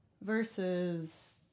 versus